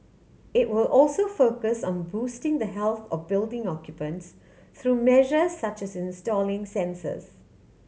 it will also focus on boosting the health of building occupants through measures such as installing sensors